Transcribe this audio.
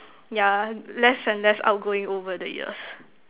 ya less and less outgoing over the years